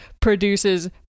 produces